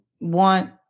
want